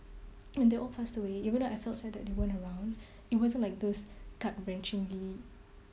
when they all passed away even though I felt sad that they weren't around it wasn't like those gut wrenchingly